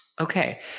okay